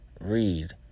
Read